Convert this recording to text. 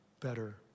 better